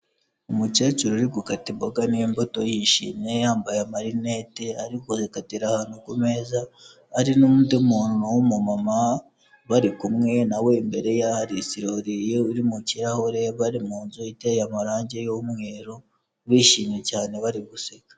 Umukecuru uri gukata imboga n'imbuto yishimye yambaye amarinete ari kuzikatira ahantu ku meza, ari n'undi muntu w'umumama bari kumwe na we imbere ya hari isirori iri mu kirahure bari mu nzu iteye amarangi y'umweru bishimye cyane bari guseka.